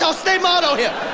so state motto here!